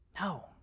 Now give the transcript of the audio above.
No